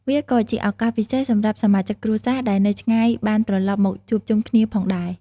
វាក៏ជាឱកាសពិសេសសម្រាប់សមាជិកគ្រួសារដែលនៅឆ្ងាយបានត្រឡប់មកជួបជុំគ្នាផងដែរ។